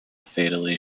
fatally